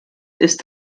ist